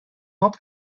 not